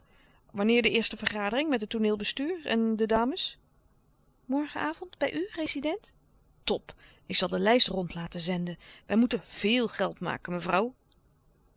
wanneer de eerste vergadering met het tooneelbestuur en de dames morgenavond bij u rezident top ik zal de lijst rond laten zenden wij moeten veel geld maken mevrouw